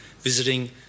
visiting